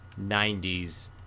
90s